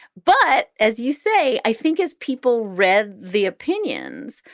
but as you say, i think as people read the opinions,